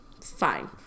fine